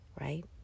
right